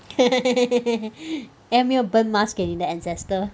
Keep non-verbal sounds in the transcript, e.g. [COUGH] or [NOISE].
[LAUGHS] then 没有 burn mask 给你的 ancestor